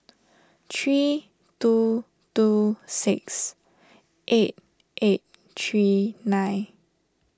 three two two six eight eight three nine